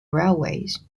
railways